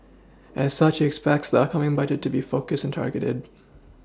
as such he expects the upcoming budget to be focused and targeted